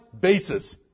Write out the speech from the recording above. basis